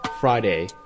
Friday